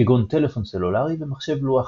כגון טלפון סלולרי ומחשב לוח,